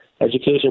education